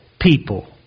people